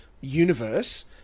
universe